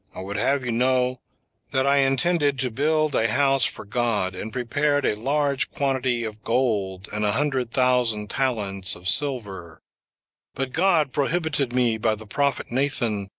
i would have you know that i intended to build a house for god, and prepared a large quantity of gold, and a hundred thousand talents of silver but god prohibited me by the prophet nathan,